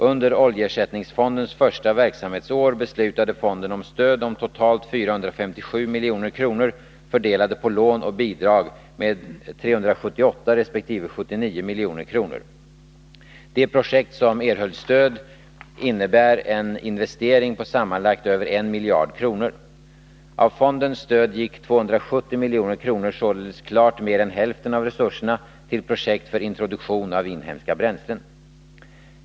Under oljeersättningsfondens första verksamhetsår beslutade fonden om stöd på totalt 457 milj.kr., fördelade på lån och bidrag med 378 resp. 79 milj.kr. De projekt som erhöll stöd innebar en investering på sammanlagt över 1 miljard kronor. Av fondens stöd gick 270 milj.kr., således klart mer än hälften av resurserna, till projekt för introduktion av inhemska bränslen.